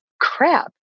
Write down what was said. crap